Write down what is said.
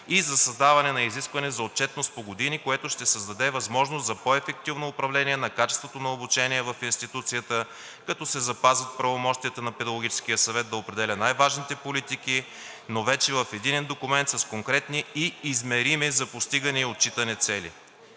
и за създаване на изискване за отчетност по години, което ще създаде възможност за по-ефективно управление на качеството на обучение в институцията, като се запазват правомощията на педагогическия съвет да определя най-важните политики, но вече в единен документ, с конкретни и измерими за постигане и отчитане цели.